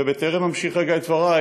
ובטרם אמשיך רגע את דברי,